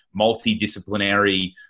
multidisciplinary